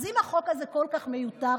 אז אם החוק הזה כל כך מיותר,